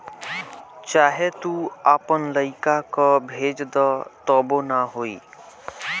चाहे तू आपन लइका कअ भेज दअ तबो ना होई